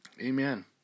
amen